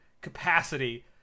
capacity